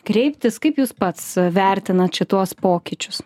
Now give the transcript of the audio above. kreiptis kaip jūs pats vertinat šituos pokyčius